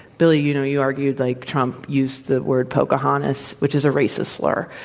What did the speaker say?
billy, you know, you argued, like, trump used the word pocahontas, which is a racist slur,